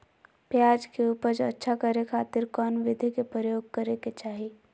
प्याज के उपज अच्छा करे खातिर कौन विधि के प्रयोग करे के चाही?